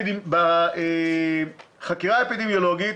בחקירה האפידמיולוגית